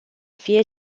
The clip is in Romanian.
fie